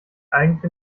eigentlich